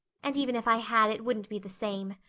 and even if i had it wouldn't be the same.